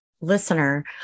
listener